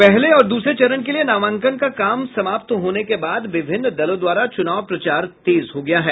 पहले और दूसरे चरण के लिये नामांकन का काम समाप्त होने के बाद विभिन्न दलों द्वारा चूनाव प्रचार तेज हो गया है